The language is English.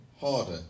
harder